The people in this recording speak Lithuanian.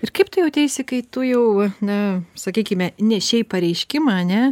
ir kaip tu jauteisi kai tu jau ne sakykime nešei pareiškimą ane